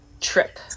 trip